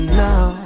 now